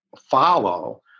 follow